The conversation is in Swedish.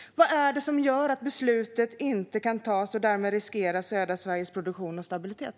Vad är det som gör att beslutet inte kan fattas och att man därmed riskerar södra Sveriges produktion och stabilitet?